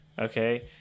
okay